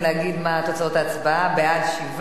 את הצעת חוק זכויות נפגעי עבירה (תיקון מס' 7)